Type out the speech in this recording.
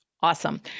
Awesome